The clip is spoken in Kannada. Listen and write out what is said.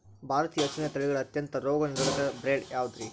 ಭಾರತೇಯ ಹಸುವಿನ ತಳಿಗಳ ಅತ್ಯಂತ ರೋಗನಿರೋಧಕ ಬ್ರೇಡ್ ಯಾವುದ್ರಿ?